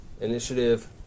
initiative